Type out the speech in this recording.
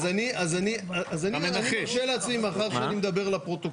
אז אני מרשה לעצמי, מאחר ואני מדבר לפרוטוקול.